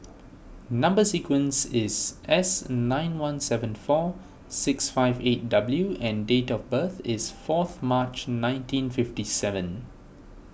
Number Sequence is S nine one seven four six five eight W and date of birth is fourth March nineteen fifty seven